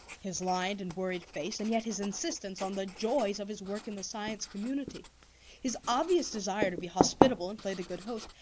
his lined and worried face and yet his insistence on the joys of his work in the science community his obvious desire to be hospitable and play the good host,